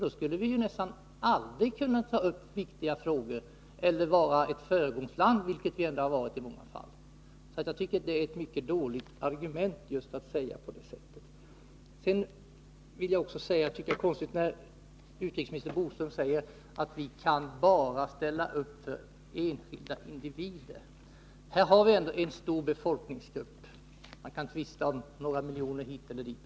Då skulle Sverige nästan aldrig kunna ta upp viktiga frågor eller vara ett föregångsland, vilket Sverige ändå varit i många fall. Jag tycker alltså att det var ett mycket dåligt argument. Också jag anser att det är konstigt när utrikesminister Bodström säger att vi bara kan ställa upp för enskilda individer. Här gäller det ändå en stor befolkningsgrupp. Man kan tvista om dess storlek — några miljoner hit eller dit.